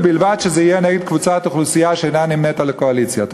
ובלבד שזה יהיה נגד קבוצת אוכלוסייה שאינה נמנית עם הקואליציה.